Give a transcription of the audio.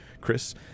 Chris